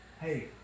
hey